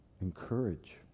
encourage